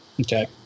Okay